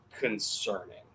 concerning